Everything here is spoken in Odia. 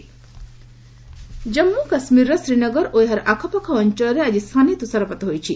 ଜେକେ ସ୍ନୋ ଜାମ୍ମ କାଶ୍ରୀରର ଶ୍ରୀନଗର ଓ ଏହାର ଆଖପାଖ ଅଞ୍ଚଳରେ ଆଜି ସାନି ତୁଷାରପାତ ହୋଇଛି